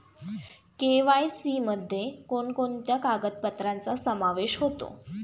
KYC मध्ये कोणकोणत्या कागदपत्रांचा समावेश होतो?